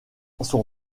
son